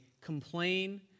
complain